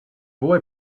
boy